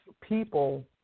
people